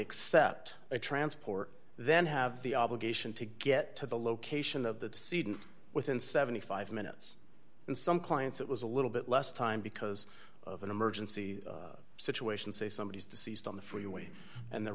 accept a transport then have the obligation to get to the location of that season within seventy five minutes and some clients it was a little bit less time because of an emergency situation say somebody is deceased on the freeway and the